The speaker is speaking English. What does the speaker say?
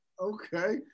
Okay